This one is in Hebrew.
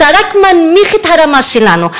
אתה רק מנמיך את הרמה שלנו,